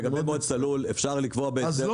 לגבי מועצת הלול, אפשר לקבוע בהקדם.